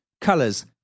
colors